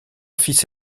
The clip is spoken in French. fils